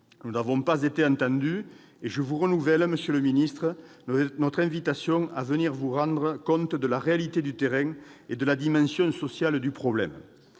Nous n'avons pas été entendus, et je vous renouvelle, monsieur le ministre, notre invitation à venir vous rendre compte de la réalité du terrain et de la dimension sociale du problème.